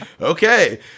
Okay